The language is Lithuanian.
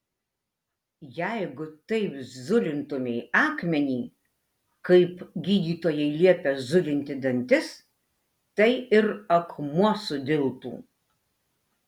jeigu taip zulintumei akmenį kaip gydytojai liepia zulinti dantis tai ir akmuo sudiltų